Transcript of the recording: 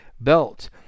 belt